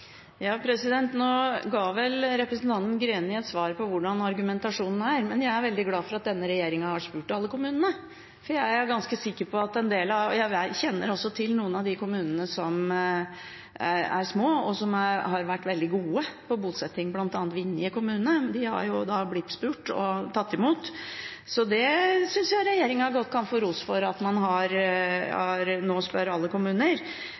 Nå ga vel representanten Greni et svar på hvordan argumentasjonen er, men jeg er veldig glad for at denne regjeringen har spurt alle kommunene. Jeg kjenner også til noen av de kommunene som er små, og som har vært veldig gode på bosetting, bl.a. Vinje kommune. De har blitt spurt, og de har tatt imot. Det synes jeg regjeringen godt kan få ros for, at man nå spør alle kommuner.